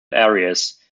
areas